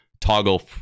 toggle